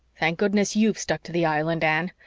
thank goodness you've stuck to the island, anne.